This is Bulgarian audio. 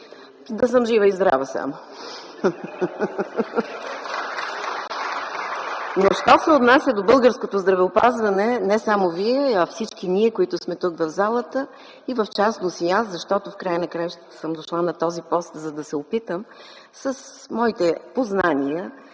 и ръкопляскания от ГЕРБ.) Що се отнася до българското здравеопазване не само Вие, а всички ние, които сме тук в залата и в частност и аз, защото в края на краищата съм дошла на този пост, за да се опитам с моите познания